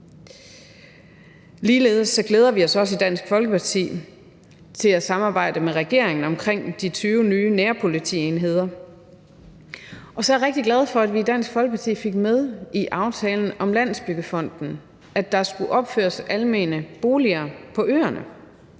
Ligeledes glæder vi os også i Dansk Folkeparti til at samarbejde med regeringen om de 20 nye nærpolitienheder. Og så er jeg rigtig glad for, at vi i Dansk Folkeparti fik med i aftalen om Landsbyggefonden, at der skulle opføres almene boliger på øerne.